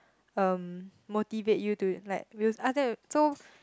um motivate you to like we'll ask them so